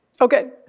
Okay